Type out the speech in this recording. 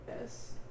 Yes